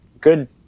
good